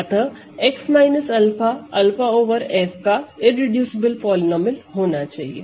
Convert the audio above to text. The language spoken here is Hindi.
अतः x 𝛂 𝛂 ओवर F का इररेडूसिबल पॉलीनोमिअल होना चाहिए